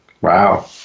Wow